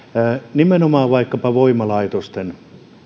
nimenomaan vaikkapa voimalaitosten